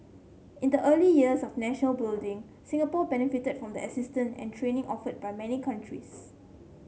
in the early years of national building Singapore benefited from the assistance and training offered by many countries